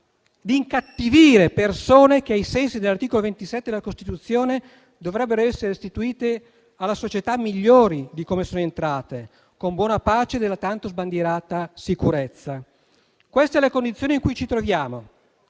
di incattivire persone che, ai sensi dell'articolo 27 della Costituzione, dovrebbero essere restituite alla società migliori di come sono entrate, con buona pace della tanto sbandierata sicurezza. Questa è la condizione in cui ci troviamo